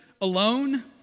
alone